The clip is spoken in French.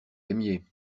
aimiez